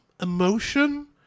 emotion